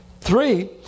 Three